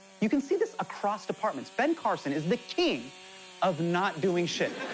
you can see this across departments. ben carson is the king of not doing shit.